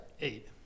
Eight